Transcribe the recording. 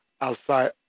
outside